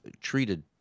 treated